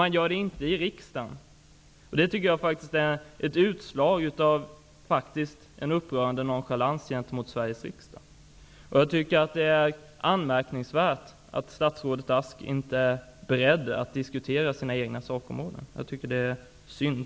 Men vi gör det inte i riksdagen. Det tycker jag faktiskt är ett utslag av en upprörande nonchalans gentemot Sveriges riksdag. Det är anmärkningsvärt att statsrådet Ask inte är beredd att diskutera sina egna sakområden. Det är synd.